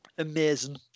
Amazing